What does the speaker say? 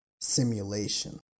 simulation